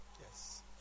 Yes